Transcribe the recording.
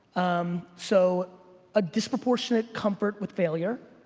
um so a disproportionate comfort with failure,